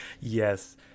yes